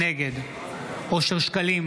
נגד אושר שקלים,